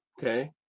okay